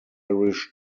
irish